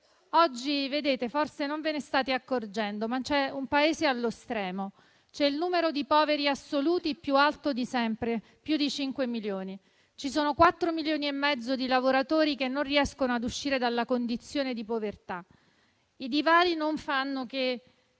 i mutui. Forse non ve ne state accorgendo, ma oggi c'è un Paese allo stremo: il numero dei poveri assoluti è il più alto di sempre (più di 5 milioni), 4 milioni e mezzo di lavoratori non riescono a uscire dalla condizione di povertà e i divari non fanno che